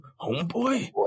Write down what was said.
homeboy